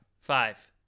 Five